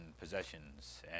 possessions